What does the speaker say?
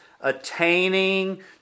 attaining